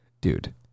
dude